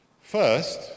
First